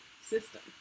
system